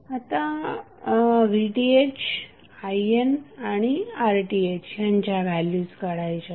आता VTh INआणि RThयांच्या व्हॅल्यूज काढायच्या आहेत